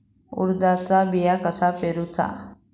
उडदाचा बिया कसा पेरूचा?